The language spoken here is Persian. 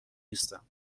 نیستم